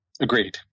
Agreed